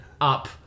up